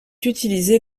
utilisé